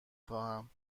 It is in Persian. خواهم